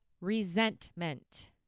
resentment